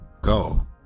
go